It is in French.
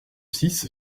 six